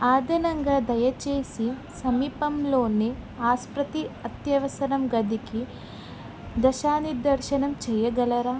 ఆదనంగా దయచేసి సమీపంలోని ఆసుపత్రి అత్యవసరం గదికి దిశా నిర్దేశనం చేయగలరా